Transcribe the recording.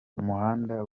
umuhanda